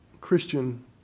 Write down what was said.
Christian